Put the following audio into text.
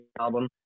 album